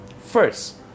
First